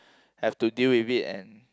have to deal with it and